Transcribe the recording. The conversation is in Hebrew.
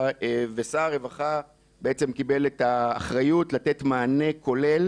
ושר הרווחה בעצם קיבל את האחריות לתת מענה כולל.